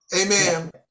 Amen